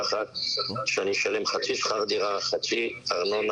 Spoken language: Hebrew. אגיד לכם יותר מזה: כשאני צריך להגיע בשעת ערב לבית